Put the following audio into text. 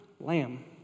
lamb